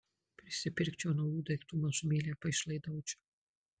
prisipirkčiau naujų daiktų mažumėlę paišlaidaučiau